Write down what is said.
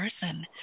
person